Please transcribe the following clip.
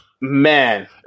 Man